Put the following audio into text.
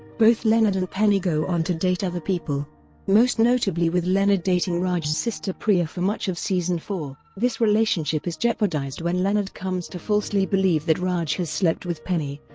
both leonard and penny go on to date other people most notably with leonard dating raj's and sister priya for much of season four. this relationship is jeopardized when leonard comes to falsely believe that raj has slept with penny,